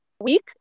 week